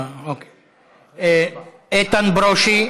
איתן ברושי.